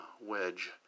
wedge